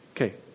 Okay